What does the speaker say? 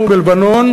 ובלבנון,